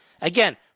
Again